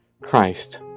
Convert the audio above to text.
Christ